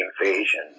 invasion